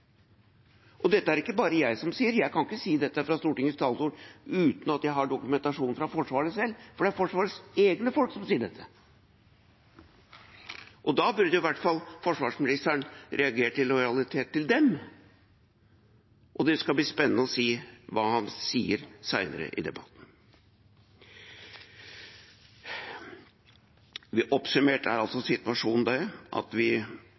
Og dette er det ikke bare jeg som sier. Jeg kan ikke si dette fra Stortingets talerstol uten at jeg har dokumentasjon fra Forsvaret selv. Det er Forsvarets egne folk som sier dette. Da burde i hvert fall forsvarsministeren reagert i lojalitet til dem. Det skal bli spennende å høre hva han sier senere i debatten. Oppsummert er altså situasjonen den i denne saken at det er dårlig renhold, vi har betydelige utfordringer med sikkerheten, vi